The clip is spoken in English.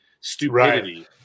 stupidity